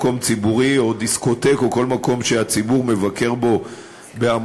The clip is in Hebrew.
מקום ציבורי או דיסקוטק או כל מקום שהציבור מבקר בו בהמוניו,